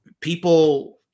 people